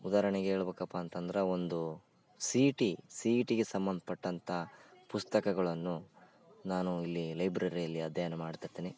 ಉದಾಹರ್ಣೆಗೆ ಹೇಳ್ಬೇಕಪ್ಪ ಅಂತಂದ್ರೆ ಒಂದು C E T C E ಟಿಗೆ ಸಂಬಂಧ್ಪಟ್ಟಂಥ ಪುಸ್ತಕಗಳನ್ನು ನಾನು ಇಲ್ಲಿ ಲೈಬ್ರೆರಿಯಲ್ಲಿ ಅಧ್ಯಯನ ಮಾಡ್ತಿರ್ತೀನಿ